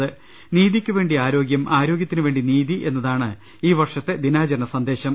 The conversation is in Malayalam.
നീതിക്കു വേണ്ടി ആരോഗൃം ആരോഗൃത്തിനു വേണ്ടി നീതി എന്നതാണ് ഈ വർഷത്തെ ദിനാചരണ സന്ദേശം